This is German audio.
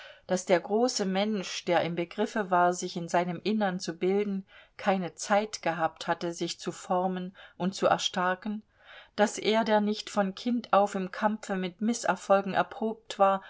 daß der große mensch der im begriffe war sich in seinem innern zu bilden keine zeit gehabt hatte sich zu formen und zu erstarken daß er der nicht von kind auf im kampfe mit mißerfolgen erprobt war